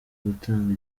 gutanga